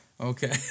Okay